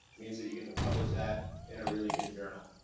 means that you get to publish that in a really good journal.